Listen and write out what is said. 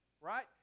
Right